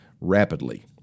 rapidly